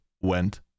went